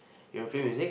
your favourite music